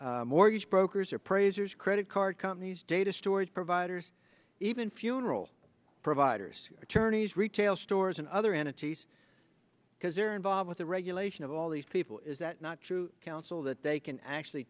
mortgage brokers or preserves credit card companies data storage providers even funeral providers attorneys retail stores and other entities because they're involved with the regulation of all these people is that not true counsel that they can actually